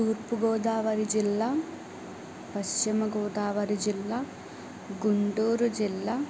తూర్పుగోదావరి జిల్లా పశ్చిమ గోదావరి జిల్లా గుంటూరు జిల్లా